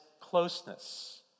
closeness